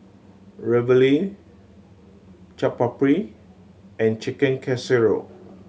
Ravioli Chaat Papri and Chicken Casserole